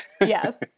Yes